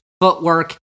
footwork